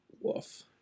woof